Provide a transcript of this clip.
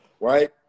right